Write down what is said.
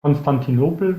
konstantinopel